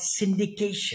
syndication